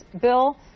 bill